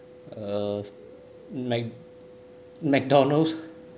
uh mac~ McDonald's